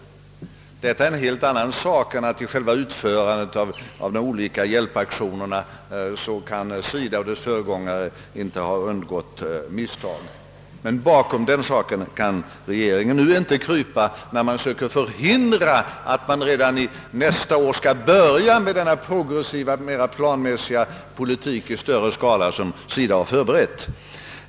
Detta är en helt annan sak än att säga att SIDA och dess föregångare i själva utförandet i de olika hjälpaktionerna inte kan ha undgått att göra misstag. Men bakom den saken kan regeringen nu inte krypa när den försöker förhindra att vi redan nästa år skall börja med den progressiva politik i större skala som SIDA redan har förberett.